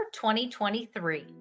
2023